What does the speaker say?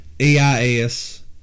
E-I-S